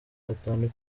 atanu